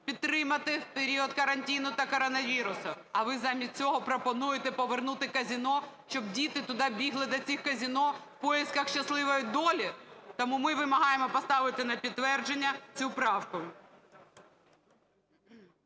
підтримати в період карантину та коронавірусу. А ви замість цього пропонуєте повернути казино, щоб діти туди бігли, до тих казино в поисках щасливої долі? Тому ми вимагаємо поставити на підтвердження цю правку.